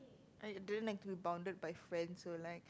I don't like to be bounded by friends so like